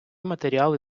матеріали